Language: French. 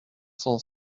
cent